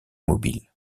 mobiles